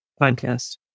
podcast